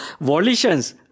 volitions